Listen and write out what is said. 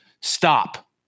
stop